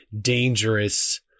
dangerous